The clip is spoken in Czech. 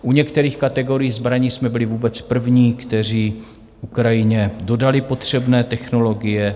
U některých kategorií zbraní jsme byli vůbec první, kteří Ukrajině dodali potřebné technologie.